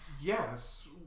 Yes